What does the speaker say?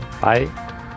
Bye